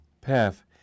path